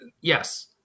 Yes